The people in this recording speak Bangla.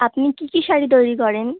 আপনি কী কী শাড়ি তৈরি করেন